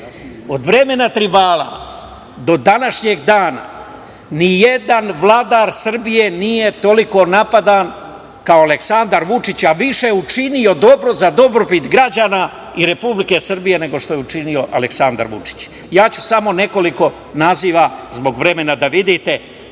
Od vremena Tribala do današnjeg dana ni jedan vladar Srbije nije toliko napadan kao Aleksandar Vučić, a više je učinio dobro za dobrobit građana i Republike Srbije nego što je učinio Aleksandar Vučić. Samo ću nekoliko naziva, zbog vremena, da vidite.